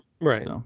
Right